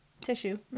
Tissue